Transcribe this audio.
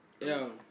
Yo